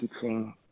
teaching